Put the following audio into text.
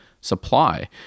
supply